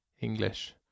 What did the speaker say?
English